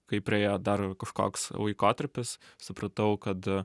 kaip praėjo dar kažkoks laikotarpis supratau kad